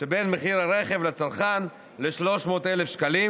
שבין מחיר הרכב לצרכן ל-300,000 שקלים,